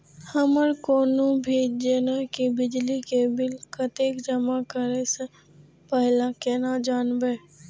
हमर कोनो भी जेना की बिजली के बिल कतैक जमा करे से पहीले केना जानबै?